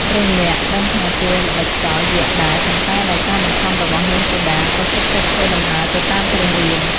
ព្រះលក្សណ៍ដឹងថាជាល្បិចកលយក្សដែរ ប៉ុន្តែដោយការបង្ខំរបស់នាងសីតាក៏សុខចិត្តធ្វើដំណើរទៅតាមព្រះរាម។